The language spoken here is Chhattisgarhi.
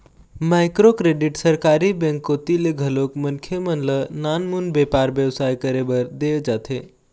माइक्रो क्रेडिट सरकारी बेंक कोती ले घलोक मनखे मन ल नानमुन बेपार बेवसाय करे बर देय जाथे